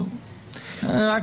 על ידי הנושים הלא מובטחים.